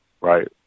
right